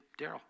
Daryl